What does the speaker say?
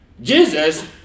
Jesus